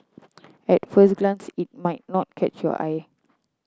at first glance it might not catch your eye